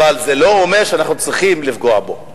אבל זה לא אומר שאנחנו צריכים לפגוע בו.